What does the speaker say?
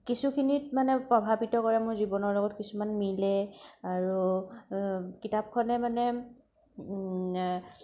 কিছুখিনিত মানে প্ৰভাৱিত কৰে মোৰ জীৱনৰ লগত কিছুমান মিলে আৰু কিতাপখনে মানে